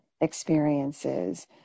experiences